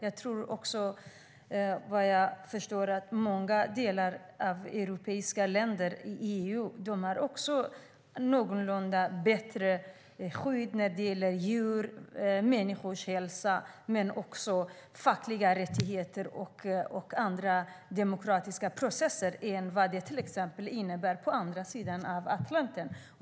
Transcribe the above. Jag tror även att många länder i EU har ett någorlunda bättre skydd när det gäller djurs och människors hälsa samt fackliga rättigheter och andra demokratiska processer än vad som gäller på andra sidan Atlanten.